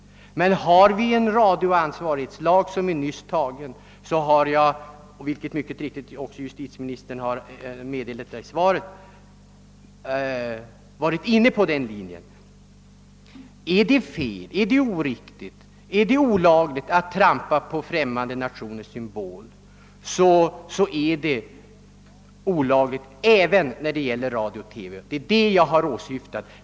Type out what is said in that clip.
Vi har en antagen radioansvarighetslag — vilket också justitieministern mycket riktigt har meddelat i svaret. är det olagligt att trampa på en främmande nations symbol, så är det olagligt även om detta sker i TV. Det är detta jag har åsyftat.